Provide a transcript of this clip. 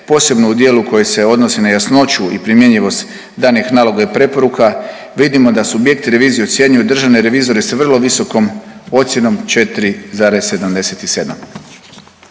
posebno u dijelu koji se odnosi na jasnoću i primjenjivost danih naloga i preporuka vidimo da subjekti revizije ocjenjuju državne revizore sa vrlo visokom ocjenom 4,77.